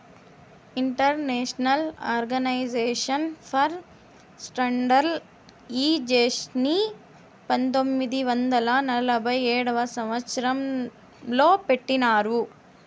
international organisation for స్టాండర్డయిజేషన్ని పంతొమ్మిది వందల నలభై ఏడవ సంవచ్చరం లో పెట్టినారు